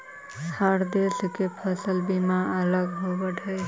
हर देश के फसल बीमा अलग होवऽ हइ